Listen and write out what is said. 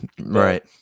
Right